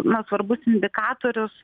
na svarbus indikatorius